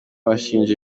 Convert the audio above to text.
bashinja